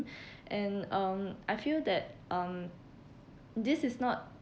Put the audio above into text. and um I feel that um this is not